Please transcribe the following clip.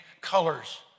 colors